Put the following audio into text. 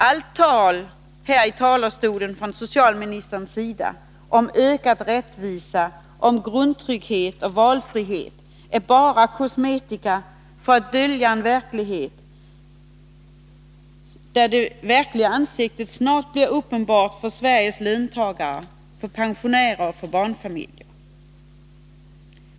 Allt tal här i talarstolen från socialministerns sida om ökad rättvisa, om grundtrygghet och valfrihet är bara kosmetika för att dölja en verklighet där det riktiga ansiktet snart blir uppenbart för Sveriges löntagare, pensionärer och barnfamiljer.